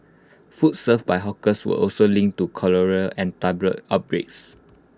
food served by hawkers were also linked to cholera and typhoid outbreaks